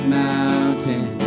mountain